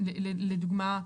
לדוגמה,